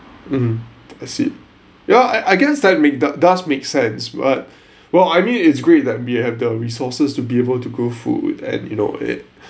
hmm I see yeah I I guess that make that does make sense but well I mean it's great that we have the resources to be able to grow food and you know it